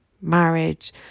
marriage